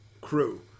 crew